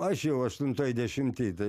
aš jau aštuntoj dešimty tai